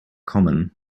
common